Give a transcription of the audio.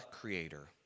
creator